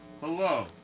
Hello